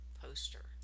poster